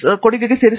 professor Abhijit P